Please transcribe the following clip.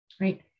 right